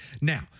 Now